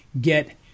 get